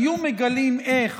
היו מגלים איך